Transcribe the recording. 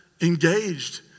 engaged